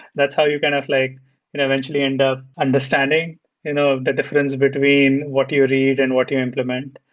that's how you kind of like eventually end up understanding you know the difference between what you read and what you implement.